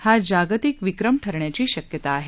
हा जागतिक विक्रम ठरण्याची शक्यता आहे